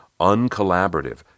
uncollaborative